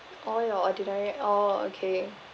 all your ordinary oh okay